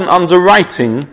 underwriting